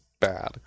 bad